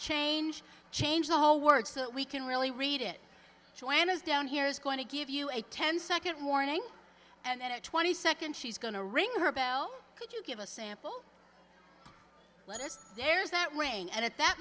change change the whole words that we can really read it when is down here is going to give you a ten second warning and then a twenty second she's going to ring her beau could you give a sample let us aers that ring and at that